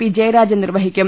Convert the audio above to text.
P Jayarajan നിർവഹിക്കും